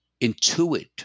intuit